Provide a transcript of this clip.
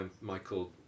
Michael